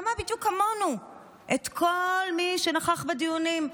שמע בדיוק כמונו את כל מי שנכח בדיונים.